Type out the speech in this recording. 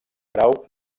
grau